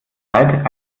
zeit